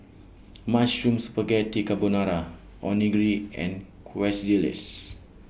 Mushroom Spaghetti Carbonara Onigiri and